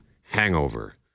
hangover